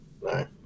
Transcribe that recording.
right